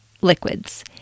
liquids